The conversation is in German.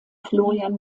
florian